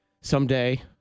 Someday